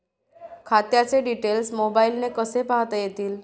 खात्याचे डिटेल्स मोबाईलने कसे पाहता येतील?